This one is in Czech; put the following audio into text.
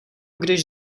když